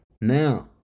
Now